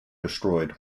destroyed